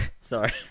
Sorry